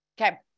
okay